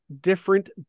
different